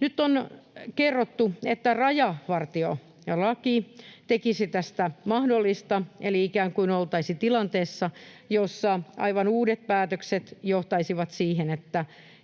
Nyt on kerrottu, että rajavartiolaki tekisi tästä mahdollista, eli ikään kuin oltaisiin tilanteessa, jossa aivan uudet päätökset johtaisivat siihen,